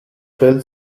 pill